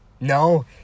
no